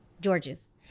George's